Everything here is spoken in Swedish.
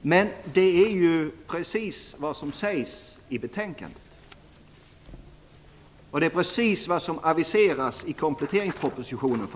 Men det är ju precis vad som sägs i betänkandet. Det är precis vad som aviseras i kompletteringspropositionen.